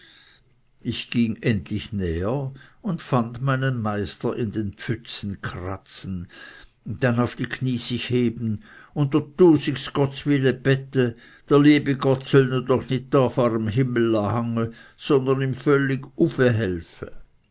ich ging endlich näher und fand meinen meister in einer pfütze kratzen dann auf die knie sich heben und dr tusig gottswille bete der liebe gott soll ne doch nit da vor em himmel la hange sondern ihm z'völlig ueche